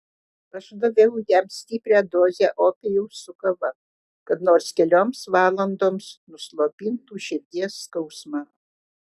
aš daviau jam stiprią dozę opijaus su kava kad nors kelioms valandoms nuslopintų širdies skausmą